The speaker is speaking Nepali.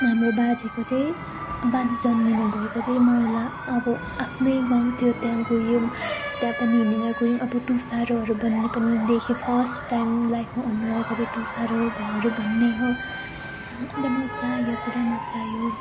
हाम्रो बाजेको चाहिँ बाजे जन्मिनुभएको चाहिँ मावल अब आफ्नै गाउँ थियो त्यहाँ गयौँ त्यहाँ पनि हिँडेर गयौँ अब तुसारोहरू भन्ने पनि देखेँ फर्स्ट टाइम लाइफमा अनुभव गरेँ तुसारो भन्नेहरू हो अन्त मजा आयो पुरा मजा आयो